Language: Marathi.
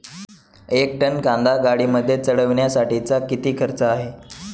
एक टन कांदा गाडीमध्ये चढवण्यासाठीचा किती खर्च आहे?